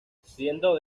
siendo